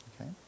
Okay